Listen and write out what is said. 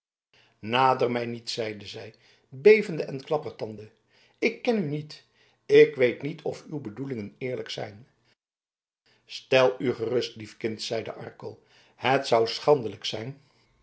nader mij niet zeide zij bevende en klappertandende ik ken u niet ik weet niet of uw bedoelingen eerlijk zijn stel u gerust lief kind zeide arkel het zou schandelijk zijn